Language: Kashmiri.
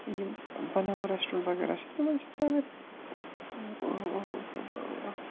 یِم بناوان رٮ۪سٹورنٛٹ وغیرہ چھِ تِمن چھِ سارنٕے